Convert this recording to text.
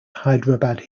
hyderabad